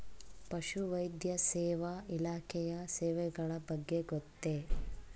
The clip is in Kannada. ಪಶುವೈದ್ಯ ಸೇವಾ ಇಲಾಖೆಯ ಸೇವೆಗಳ ಬಗ್ಗೆ ಗೊತ್ತೇ?